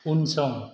उनसं